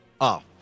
off